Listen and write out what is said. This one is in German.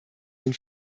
den